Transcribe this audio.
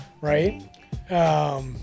right